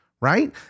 right